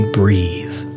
breathe